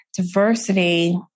diversity